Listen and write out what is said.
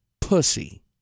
pussy